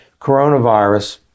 Coronavirus